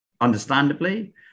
understandably